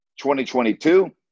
2022